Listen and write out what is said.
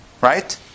Right